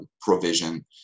provision